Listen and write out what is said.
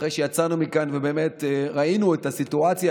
אחרי שיצאנו מכאן וראינו את הסיטואציה